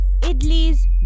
Idli's